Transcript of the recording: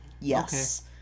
Yes